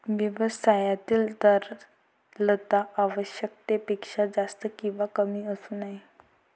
व्यवसायातील तरलता आवश्यकतेपेक्षा जास्त किंवा कमी असू नये